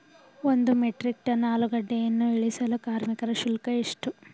ಒಂದು metric ton ಆಲೂಗೆಡ್ಡೆಯನ್ನು ಇಳಿಸಲು ಕಾರ್ಮಿಕ ಶುಲ್ಕ ಎಷ್ಟು?